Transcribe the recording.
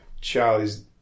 Charlie's